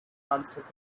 answered